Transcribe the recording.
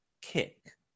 Kick